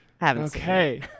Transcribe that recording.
Okay